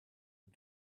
het